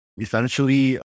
Essentially